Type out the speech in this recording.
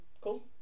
cool